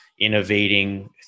innovating